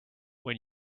when